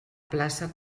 plaça